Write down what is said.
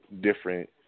different